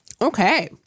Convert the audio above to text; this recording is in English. Okay